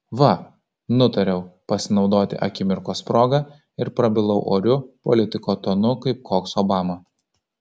va nutariau pasinaudoti akimirkos proga ir prabilau oriu politiko tonu kaip koks obama